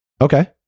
okay